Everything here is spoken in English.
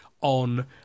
on